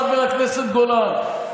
חבר הכנסת גולן: